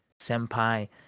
senpai